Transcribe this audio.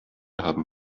haben